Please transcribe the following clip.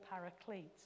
Paraclete